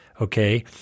okay